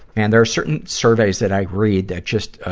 and there are certain surveys that i read that just, ah,